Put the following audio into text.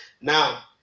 Now